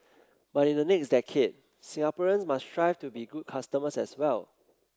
but in the next decade Singaporeans must strive to be good customers as well